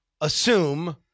assume